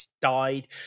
died